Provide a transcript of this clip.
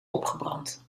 opgebrand